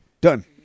done